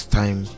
time